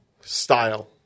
style